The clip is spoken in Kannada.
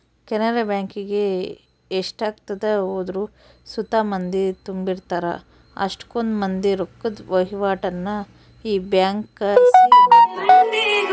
ಕೆನರಾ ಬ್ಯಾಂಕಿಗೆ ಎಷ್ಟೆತ್ನಾಗ ಹೋದ್ರು ಸುತ ಮಂದಿ ತುಂಬಿರ್ತಾರ, ಅಷ್ಟಕೊಂದ್ ಮಂದಿ ರೊಕ್ಕುದ್ ವಹಿವಾಟನ್ನ ಈ ಬ್ಯಂಕ್ಲಾಸಿ ಮಾಡ್ತಾರ